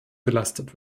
belastet